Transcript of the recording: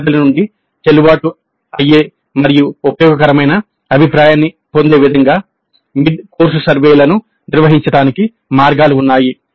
విద్యార్థుల నుండి చెల్లుబాటు అయ్యే మరియు ఉపయోగకరమైన అభిప్రాయాన్ని పొందే విధంగా మిడ్ కోర్సు సర్వేలను నిర్వహించడానికి మార్గాలు ఉన్నాయి